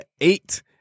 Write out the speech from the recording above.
eight